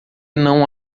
não